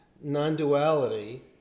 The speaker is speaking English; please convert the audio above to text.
non-duality